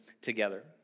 together